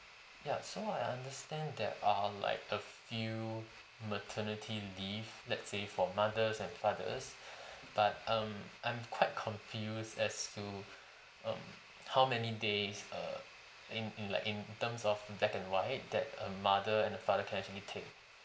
ya so I understand there are like a few maternity leave let's say for mothers and fathers but um I'm quite confused as to um how many days err in in like in terms of black and white that a mother and a father can actually take